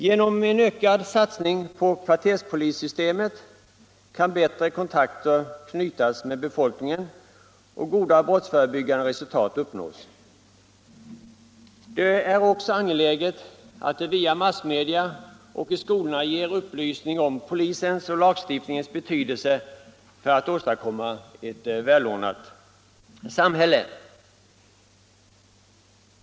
Genom en ökad satsning på kvarterspolissystemet kan bättre kontakter knytas med befolkningen och goda brottsförebyggande resultat uppnås. Det är också angeläget att man via massmedia och i skolorna ger upplysning om polisens och lagstiftningens betydelse för att åstadkomma ett välordnat samhälle.